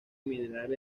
mineral